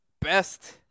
best